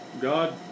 God